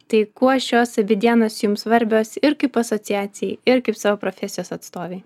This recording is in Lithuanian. tai kuo šios abi dienos jums svarbios ir kaip asociacijai ir kaip savo profesijos atstovei